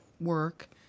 work